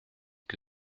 que